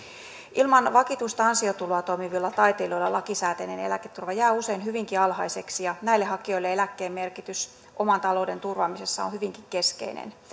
ilman vakituista ansiotuloa toimivilla taiteilijoilla lakisääteinen eläketurva jää usein hyvinkin alhaiseksi ja näille hakijoille eläkkeen merkitys oman talouden turvaamisessa on hyvinkin keskeinen